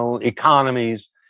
economies